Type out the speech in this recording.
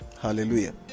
hallelujah